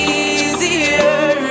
easier